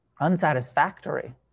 unsatisfactory